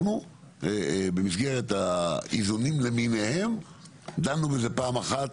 במסגרת האיזונים למיניהם דנו בזה פעם אחת,